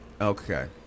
okay